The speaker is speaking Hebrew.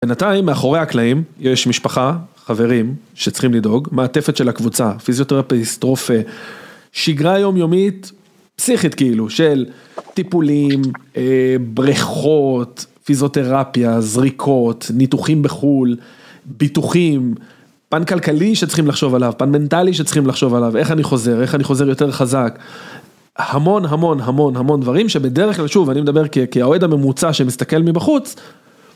בנתיים מאחורי הקלעים יש משפחה, חברים שצריכים לדאוג, מעטפת של קבוצה, פיזיותראפיסט, רופא, שגרה יומיומית פסיכית כאילו של טיפולים, בריכות, פיזיותרפיה, זריקות, ניתוחים בחול, ביטוחים, פן כלכלי שצריכים לחשוב עליו, פן מנטלי שצריכים לחשוב עליו, איך אני חוזר, איך אני חוזר יותר חזק, המון המון המון המון דברים שבדרך כלל שוב אני מדבר כאוהד הממוצע שמסתכל מבחוץ